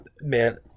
man